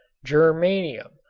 germanium,